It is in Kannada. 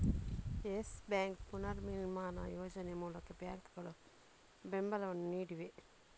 ಯೆಸ್ ಬ್ಯಾಂಕ್ ಪುನರ್ನಿರ್ಮಾಣ ಯೋಜನೆ ಮೂಲಕ ಬ್ಯಾಂಕುಗಳು ಬೆಂಬಲವನ್ನು ನೀಡಿವೆ